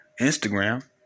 Instagram